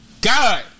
God